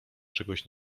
czegoś